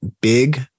big